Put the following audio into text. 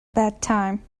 bedtime